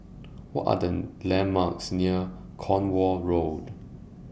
What Are The landmarks near Cornwall Road